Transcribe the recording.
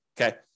Okay